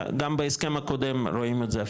גם בהסכם הקודם רואים את זה,